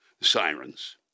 sirens